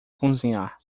cozinhar